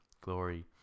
glory